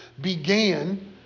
began